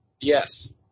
Yes